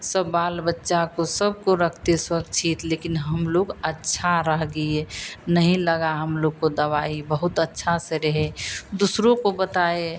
सब बाल बच्चा को सबको रखते सुरक्षित लेकिन हम लोग अच्छा रह गिए नहीं लगा हम लोग को दवाई बहुत अच्छे से रहे दूसरों को बताए